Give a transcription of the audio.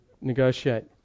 negotiate